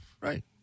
Right